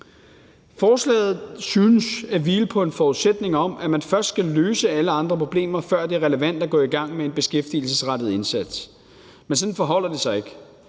Forslaget synes at hvile på en forudsætning om, at man først skal løse alle andre problemer, før det er relevant at gå i gang med en beskæftigelsesrettet indsats. Men sådan forholder det sig ikke.